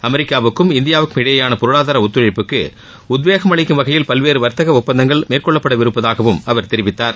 அமெரிக்காவுக்கும் இந்தியாவுக்கும் இடையேயான பொருளாதார ஒத்துழழப்புக்கு உத்வேகம் அளிக்கும் வகையில் பல்வேறு வர்த்தக ஒப்பந்தங்கள் மேற்கொள்ளப்படவிருப்பதாகவும் அவர் தெரிவித்தார்